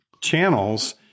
channels